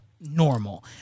normal